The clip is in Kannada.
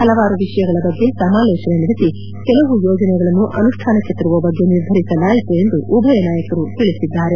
ಹಲವಾರು ವಿಷಯಗಳ ಬಗ್ಗೆ ಸಮಾಲೋಚನೆ ನಡೆಸಿ ಕೆಲವು ಯೋಜನೆಗಳನ್ನು ಅನುಷ್ಠಾನಕ್ಕೆ ತರುವ ಬಗ್ಗೆ ನಿರ್ಧರಿಸಲಾಯಿತು ಎಂದು ಉಭಯ ನಾಯಕರು ತಿಳಿಸಿದ್ದಾರೆ